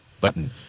button